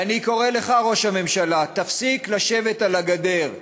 ואני קורא לך, ראש הממשלה: תפסיק לשבת על הגדר.